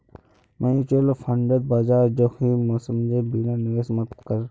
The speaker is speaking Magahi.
म्यूचुअल फंडत बाजार जोखिम समझे बिना निवेश मत कर